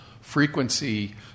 frequency